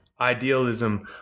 idealism